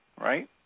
right